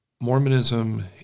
Mormonism